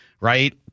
right